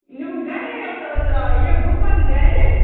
یِم گَری حظ ٲسۍ آ یِم گُپَن گَرِ